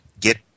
get